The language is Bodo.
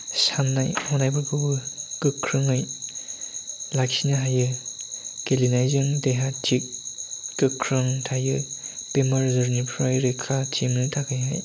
साननाय हनायफोरखौबो गोख्रोङै लाखिनो हायो गेलेनायजों देहा थि गोख्रों थायो बेमार आजारनिफ्राय रैखाथि मोननो थाखायहाय